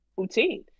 Routine